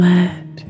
Let